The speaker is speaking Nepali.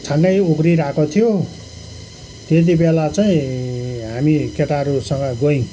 छङ्गै उग्रिरहेको थियो त्येति बेला चैँ हामी केटाहरूसँग गयौँ